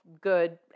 good